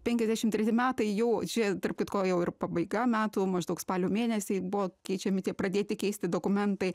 penkiasdešimt treti metai jau čia tarp kitko jau ir pabaiga metų maždaug spalio mėnesį buvo keičiami tie pradėti keisti dokumentai